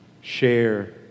share